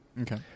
Okay